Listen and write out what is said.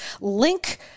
link